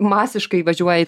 masiškai įvažiuoja į